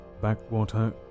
backwater